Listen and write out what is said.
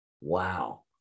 wow